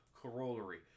corollary